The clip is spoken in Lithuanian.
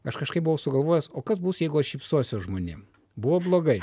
aš kažkaip buvo sugalvojęs o kas bus jeigu šypsosiuos žmonėm buvo blogai